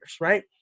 right